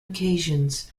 occasions